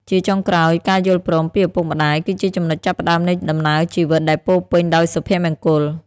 ជាចុងក្រោយ ការយល់ព្រមពីឪពុកម្ដាយគឺជាចំណុចចាប់ផ្តើមនៃដំណើរជីវិតដែលពោរពេញដោយសុភមង្គល។